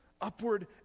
upward